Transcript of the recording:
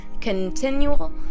continual